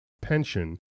PENSION